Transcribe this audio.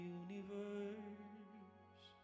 universe